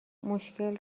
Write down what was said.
مشکل